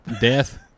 death